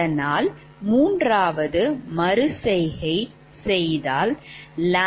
அதனால் மூன்றாவது மறு செய்கை செய்தால் ʎʎ∆ʎ107